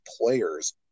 players